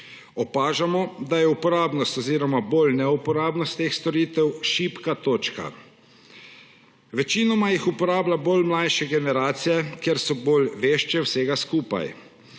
Opažamo, da je uporabnost oziroma bolj neuporabnost teh storitev šibka točka. Večinoma jih uporabljajo mlajše generacije, ker so bolj vešče vsega skupaj.